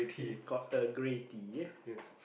got Earl Grey tea